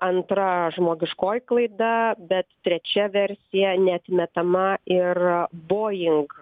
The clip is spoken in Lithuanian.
antra žmogiškoji klaida bet trečia versija neatmetama ir boeing